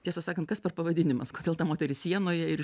tiesą sakant kas per pavadinimas kodėl ta moteris sienoje ir